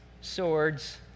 swords